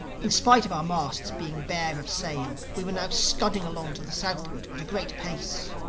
in spite of our masts being bare of sail we were now scudding along to the southward at a great pace.